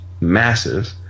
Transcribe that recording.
massive